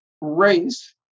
Race